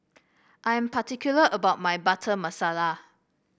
I am particular about my Butter Masala